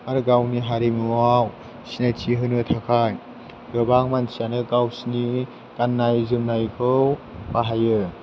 आरो गावनि हारिमुवाव सिनायथि होनो थाखाय गोबां मानसियानो गावसिनि गाननाय जोमनायखौ बाहायो